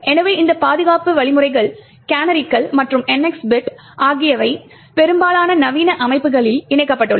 எனவே இந்த பாதுகாப்பு வழிமுறைகள் கேனரிகள் மற்றும் NX பிட் ஆகியவை பெரும்பாலான நவீன அமைப்புகளில் இணைக்கப்பட்டுள்ளன